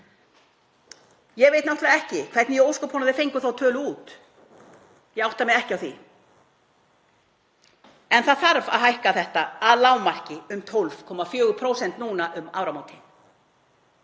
Ég veit náttúrlega ekki hvernig í ósköpunum þeir fengu þá tölu út, ég átta mig ekki á því, en það þarf að hækka þetta að lágmarki um 12,4% núna um áramótin.